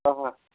اَوا